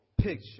picture